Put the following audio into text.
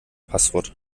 passwort